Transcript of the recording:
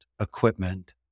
equipment